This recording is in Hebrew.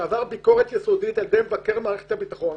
שעבר ביקורת יסודית על ידי מבקר מערכת הביטחון